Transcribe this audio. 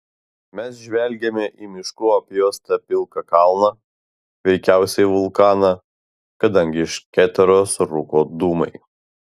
mes žvelgėme į miškų apjuostą pilką kalną veikiausiai vulkaną kadangi iš keteros rūko dūmai